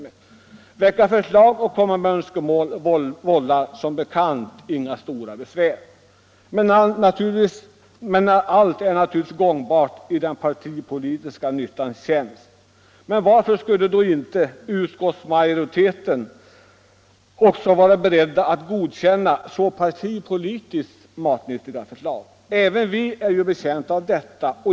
Att väcka förslag och presentera önskemål vållar som bekant inte stort besvär. Och allt är naturligtvis gångbart i den partipolitiska nyttans tjänst. Men varför skulle då inte utskottsmajoriteten vara beredd att godkänna så partipolitiskt matnyttiga förslag? Även vi är ju betjänta av detta.